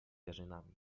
jarzynami